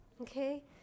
Okay